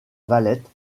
valette